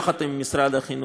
יחד עם משרד החינוך,